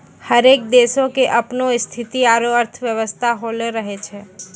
हरेक देशो के अपनो स्थिति आरु अर्थव्यवस्था होलो करै छै